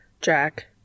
Jack